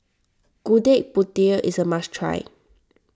Gudeg Putih is a must try